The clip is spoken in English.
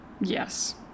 Yes